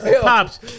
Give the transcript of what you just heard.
Pops